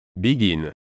begin